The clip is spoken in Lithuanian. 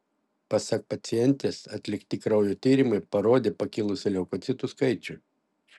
pasak pacientės atlikti kraujo tyrimai parodė pakilusį leukocitų skaičių